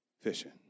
fishing